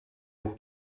eau